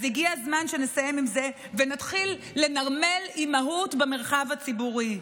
אז הגיע הזמן שנסיים עם זה ונתחיל לנרמל אימהות במרחב הציבורי.